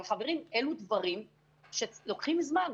אבל, חברים, אלו דברים שלוקחים זמן.